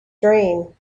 dream